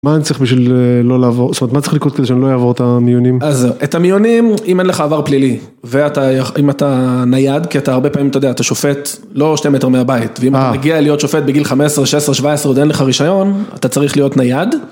מה אני צריך בשביל לא לעבור, זאת אומרת, מה צריך לקרות כדי שאני לא אעבור את המיונים? אז את המיונים, אם אין לך עבר פלילי ואם אתה נייד, כי אתה הרבה פעמים אתה שופט לא 2 מטר מהבית ואם אתה מגיע להיות שופט בגיל 15, 16, 17 ואין לך רישיון, אתה צריך להיות נייד